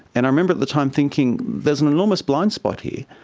and i remember at the time thinking there's an enormous blind spot here.